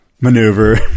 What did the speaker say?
maneuver